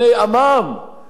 זה לא מעניין אותם,